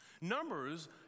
Numbers